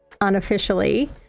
unofficially